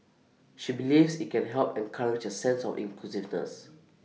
she believes IT can help encourage A sense of inclusiveness